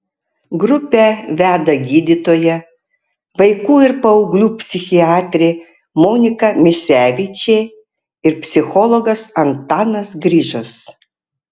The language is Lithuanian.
grupę veda gydytoja vaikų ir paauglių psichiatrė monika misevičė ir psichologas antanas grižas